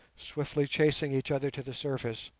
swiftly chasing each other to the surface,